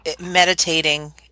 meditating